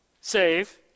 save